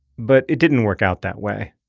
but it didn't work out that way.